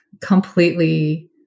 completely